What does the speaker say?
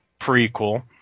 prequel